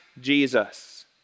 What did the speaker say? Jesus